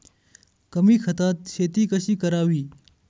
कमी खतात शेती कशी करावी?